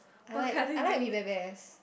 I like I like We-Bare-Bears